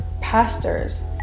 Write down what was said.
pastors